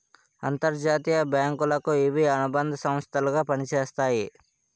అంతర్జాతీయ బ్యాంకులకు ఇవి అనుబంధ సంస్థలు గా పనిచేస్తాయి